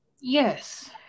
Yes